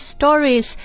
stories